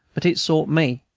but it sought me.